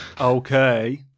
Okay